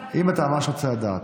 אם אתה ממש רוצה לדעת.